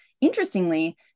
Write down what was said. Interestingly